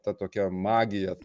ta tokia magija